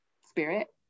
spirit